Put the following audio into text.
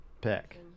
pick